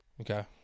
Okay